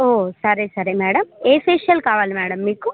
ఓ సరే సరే మేడం ఏ ఫేషియల్ కావాలి మేడం మీకు